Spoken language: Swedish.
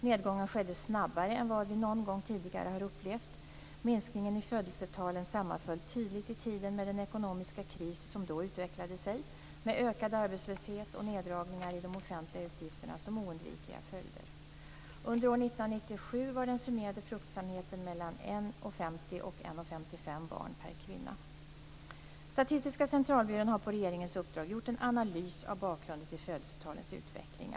Nedgången skedde snabbare än vad vi någon gång tidigare har upplevt. Minskningen i födelsetalen sammanföll tydligt i tiden med den ekonomiska kris som då utvecklade sig med ökad arbetslöshet och neddragningar i de offentliga utgifterna som oundvikliga följder. Under år 1997 var den summerade fruktsamheten mellan 1,50 och 1,55 barn per kvinna. Statistiska centralbyrån har på regeringens uppdrag gjort en analys av bakgrunden till födelsetalens utveckling.